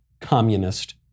communist